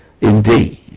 indeed